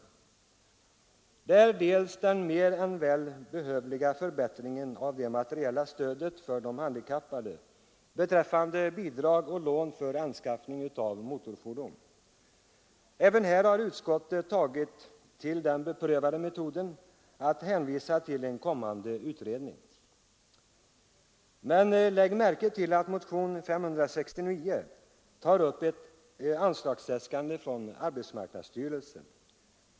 Det gäller bl.a. den mer än välbehövliga förbättringen av stödet till de handikappade i form av bidrag och lån till anskaffning av motorfordon. Även här har utskottet tagit till den beprövade metoden att hänvisa till en kommande utredning. Men lägg märke till att motionen 569 ansluter till ett anslagsäskande från arbetsmarknadsstyrelsen.